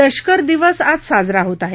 लष्कर दिवस आज साजरा होत आहे